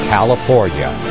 California